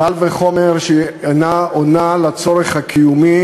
קל וחומר שאינה עונה על הצורך הקיומי